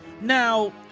now